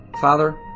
Father